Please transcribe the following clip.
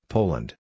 Poland